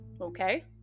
Okay